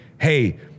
hey